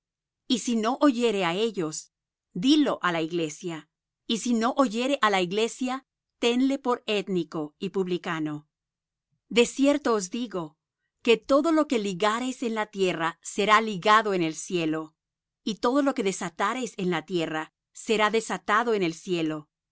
y si no oyere á ellos dilo á la iglesia y si no oyere á la iglesia tenle por étnico y publicano de cierto os digo que todo lo que ligareis en la tierra será ligado en el cielo y todo lo que desatareis en la tierra será desatado en el cielo